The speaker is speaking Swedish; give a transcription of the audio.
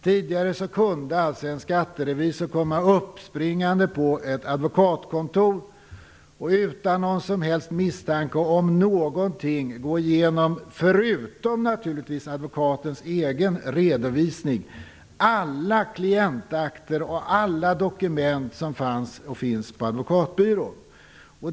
Tidigare kunde en skatterevisor komma uppspringade på att advokatkontor och utan någon som helst misstanke om någonting gå ingenom, förutom naturligtvis advokatens egen redovisning, alla klientakter och alla dokument som fanns och finns på advokatbyrån.